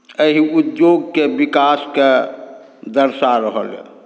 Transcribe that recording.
एहि उद्योगके विकासकेँ दर्शा रहलए